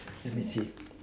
let me see